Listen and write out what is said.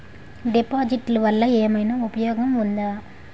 డిపాజిట్లు వల్ల ఏమైనా ఉపయోగం ఉందా?